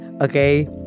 okay